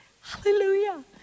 Hallelujah